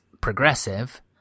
Progressive